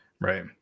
right